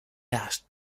larges